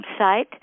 website